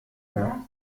mehr